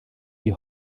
die